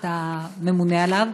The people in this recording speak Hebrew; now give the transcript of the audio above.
אתה ממונה עליו,